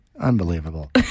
Unbelievable